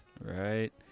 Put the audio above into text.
Right